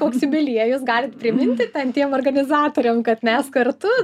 koks jubiliejus galit priminti ten tiem organizatoriam kad mes kartu